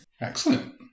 Excellent